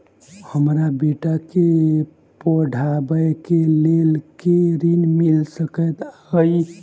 हमरा बेटा केँ पढ़ाबै केँ लेल केँ ऋण मिल सकैत अई?